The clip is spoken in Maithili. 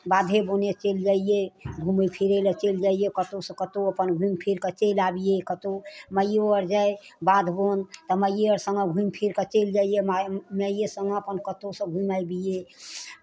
बाधे बोने चलि जइयै घूमै फिरै लेल चलि जइयै कतहुसँ कतहु अपन घुमि फिरि कऽ चलि अबियै कतहु माइओ आओर जाय बाध बोन तऽ माइए आओर सङ्ग घुमि फिरि कऽ चलि जइयै माइए सङ्गे अपन कतहुसँ कतहु घुमि अबियै